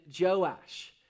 Joash